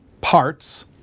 parts